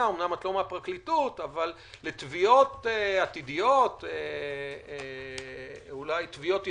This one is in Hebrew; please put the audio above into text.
- אומנם את לא מהפרקליטות לתביעות עתידיות ואולי תביעות ייצוגיות,